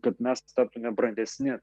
kad mes taptume brandesni